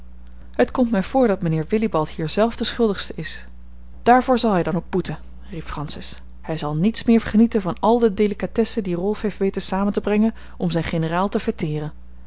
het komt mij voor dat mijnheer willibald hier zelf de schuldigste is daarvoor zal hij dan ook boeten riep francis hij zal niets meer genieten van al de delicatessen die rolf heeft weten samen te brengen om zijn generaal te